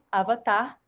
avatar